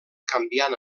canviant